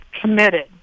committed